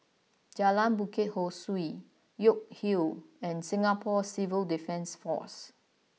Jalan Bukit Ho Swee York Hill and Singapore Civil Defence Force